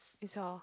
it's your